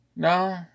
No